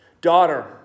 Daughter